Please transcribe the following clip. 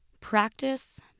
Practice